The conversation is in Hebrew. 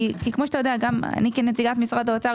כי כמו שאתה יודע גם אני כנציגת משרד האוצר